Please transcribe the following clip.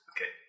Okay